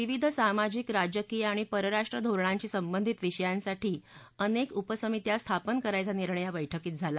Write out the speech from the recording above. विविध सामाजिक राजकीय आणि परराष्ट्र धोरणांशी संबंधित विषयांसाठी अनक्त उपसमित्या स्थापन करण्याचा निर्णय या बस्कीत झाला